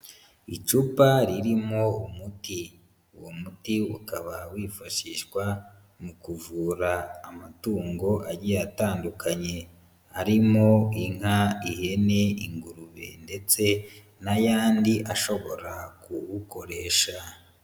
Icupa ririmo umuti. Uwo muti ukaba wifashishwa mu kuvura amatungo agiye atandukanye, arimo: inka, ihene ingurube, ndetse n'ayandi ashobora kuwukoresha.